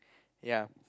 ya